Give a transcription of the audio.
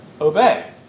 obey